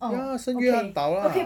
ya 圣约翰岛啦